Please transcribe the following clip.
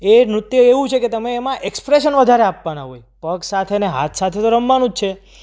એ નૃત્ય એવું છે કે તમે એમાં એક્સપ્રેશન વધારે આપવાના હોય પગ સાથે ને હાથ સાથે તો રમવાનું જ છે